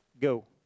Go